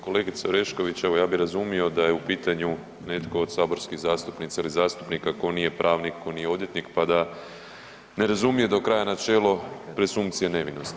Kolegice Orešković, evo ja bi razumio da je u pitanju netko od saborskih zastupnica ili zastupnika ko nije pravnik, ko nije odvjetnik, pa da ne razumije do kraja načelo presumpcije nevinosti.